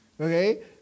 okay